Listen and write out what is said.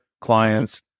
clients